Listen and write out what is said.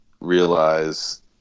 realize